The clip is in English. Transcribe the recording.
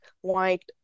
white